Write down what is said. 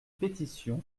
pétitions